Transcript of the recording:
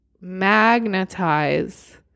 magnetize